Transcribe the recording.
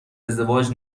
ازدواج